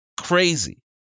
crazy